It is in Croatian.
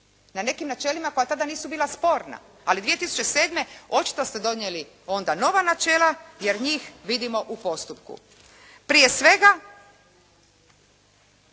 na nekim načelima koja tada nisu bila sporna. Ali 2007. očito ste donijeli onda nova načela, jer njih vidimo u postupku. Prije svega,